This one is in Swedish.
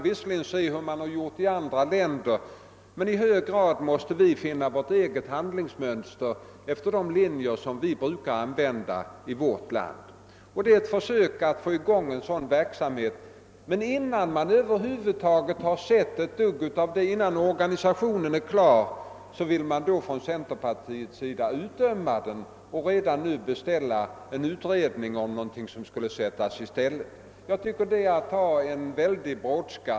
Visserligen kan vi se hur man gjort i andra länder, men vi måste finna vårt eget handlingsmönster efter de linjer vi brukar följa i vårt land. Det är ett försök att få i gång en sådan verksamhet. Men innan vi över huvud taget sett något av resultatet, innan organisationen är klar, vill centerpartiet utdöma detta och redan nu beställa en utredning om något som skall sättas i stället. Det är dock att ha stor brådska.